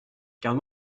garde